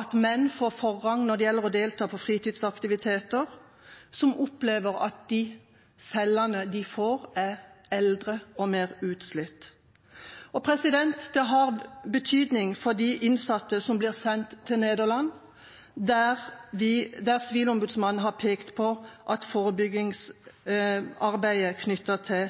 at menn får forrang når det gjelder å delta i fritidsaktiviteter, og at de cellene de får, er eldre og mer slitt. Det har betydning for de innsatte som blir sendt til Nederland, der Sivilombudsmannen har pekt på at forebyggingsarbeidet knyttet til